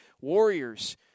Warriors